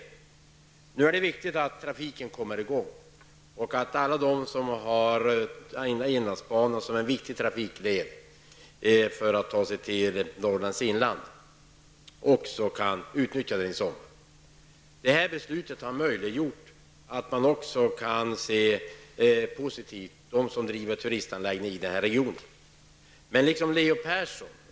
Det är viktigt att trafiken kommer i gång och att alla de som ser inlandsbanan som en viktig trafikled när det gäller att ta sig till Norrlands inland också kan utnyttja inlandsbanan i sommar. Det här beslutet har möjliggjort att de som driver turistanläggningar i denna region kan se positivt på framtiden.